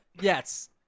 Yes